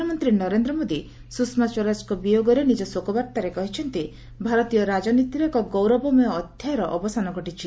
ପ୍ରଧାନମନ୍ତ୍ରୀ ନରେନ୍ଦ୍ର ମୋଦି ସୁଷମା ସ୍ୱରାଜଙ୍କ ବିୟୋଗରେ ନିଜ ଶୋକବାର୍ତ୍ତାରେ କହିଛନ୍ତି ଭାରତୀୟ ରାଜନୀତିର ଏକ ଗୌରବମୟ ଅଧ୍ୟାୟର ଅବସାନ ଘଟିଛି